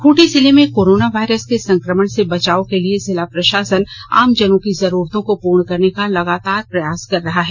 खूंटी जिले में corona virus के संक्रमण से बचाव के लिए जिला प्रशासन आम जनों की जरूरतों को पूर्ण करने का लगातार प्रयास कर रहा है